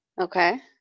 Okay